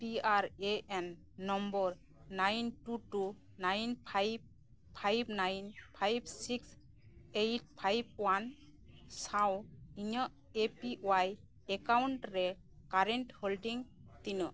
P R A N number nine two two nine five five nine five six eight five one ᱥᱟᱶ ᱤᱧᱟᱹᱜ A P Y account ᱨᱮ current holding ᱛᱤᱱᱟᱹᱜ